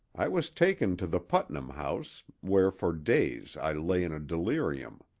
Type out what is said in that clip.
i was taken to the putnam house, where for days i lay in a delirium.